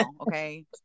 Okay